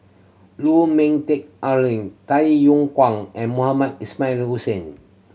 Lu Ming Teh Tay Yong Kwang and Mohamed Ismail Hussain